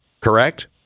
correct